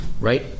right